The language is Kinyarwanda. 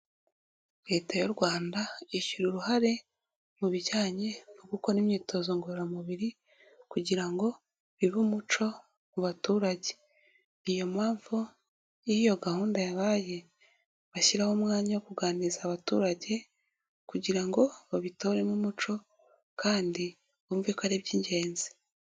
Leta y'u Rwanda ishyira uruhare mu bijyanye no gukora imyitozo ngororamubiri kugira ngo bibe umuco ku baturage ni iyo mpamvu y'iyo gahunda yabaye bashyiraho umwanya wo kuganiriza abaturage kugira ngo babitoremo umuco kandi bumve ko ari iby'ingenzi.